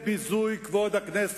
זה ביזוי כבוד הכנסת.